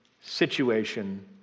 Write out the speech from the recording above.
situation